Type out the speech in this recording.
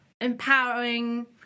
empowering